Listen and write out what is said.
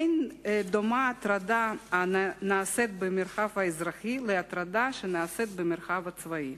אין דומה הטרדה הנעשית במרחב האזרחי להטרדה הנעשית במרחב הצבאי.